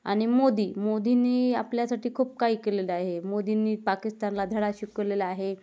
आणि मोदी मोदीनी आपल्यासाठी खूप काही केलेलं आहे मोदींनी पाकिस्तानला धडा शिकवलेला आहे